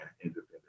independent